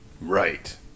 Right